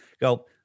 go